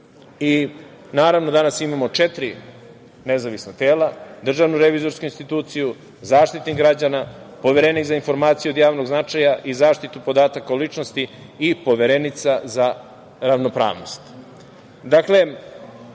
ukazati. Naravno, danas imamo četiri nezavisna tela – Državnu revizorsku instituciju, Zaštitnik građana, Poverenik za informacije od javnog značaja i zaštitu podataka o ličnosti i Poverenica za ravnopravnost. Dakle,